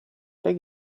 beg